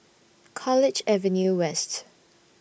College Avenue West